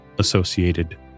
associated